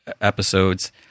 episodes